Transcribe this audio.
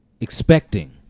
expecting